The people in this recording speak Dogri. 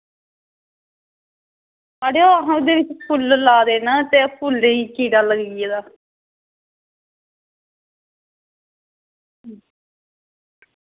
ते अड़ेओ ओह् फुल्ल लाए दे न ते फुल्लें ई कीड़ा लग्गी गेदा